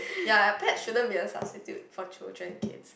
ya plate shouldn't be a substitute for children kids